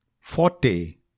Forty